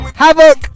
havoc